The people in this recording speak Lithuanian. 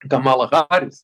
kamala haris